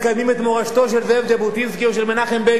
מורשתו של זאב ז'בוטינסקי או של מנחם בגין?